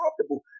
comfortable